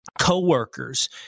co-workers